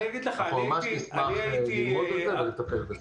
אנחנו ממש נשמח לראות את זה ולטפל בזה.